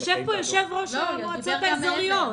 נמצא פה יושב-ראש המועצות האזוריות.